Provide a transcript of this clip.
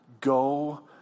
Go